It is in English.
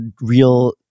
real